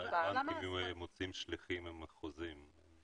מתי הבנקים מוציאים שליחים עם חוזים?